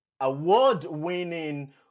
award-winning